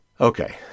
Okay